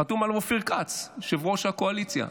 חתום עליו אופיר כץ, ראש הקואליציה.